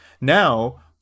now